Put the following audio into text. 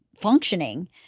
functioning